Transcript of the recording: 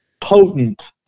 potent